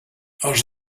els